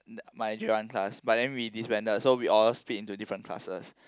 my J one class but then we disbanded so we all split into different classes